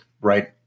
right